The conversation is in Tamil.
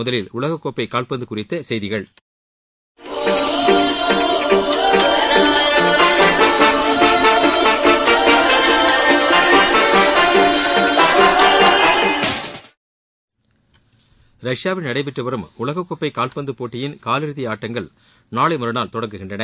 முதலில் உலகக்கோப்பை கால்பந்து போட்டி குறித்த செய்திகள் ரஷ்யாவில் நடைபெற்று வரும் உலகக்கோப்பை கால்பந்து போட்டியின் காலிறுதி ஆட்டங்கள் நாளை மறுநாள் தொடங்குகின்றன